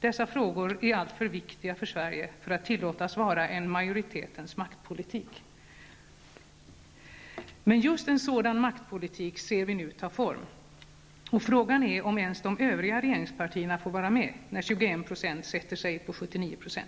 Dessa frågor är alltför viktiga för Sverige för att tillåtas vara en majoritetens maktpolitik. Men just en sådan maktpolitik ser vi nu ta form. Frågan är om ens de övriga regeringspartierna får vara med, när 21 % sätter sig på 79 %.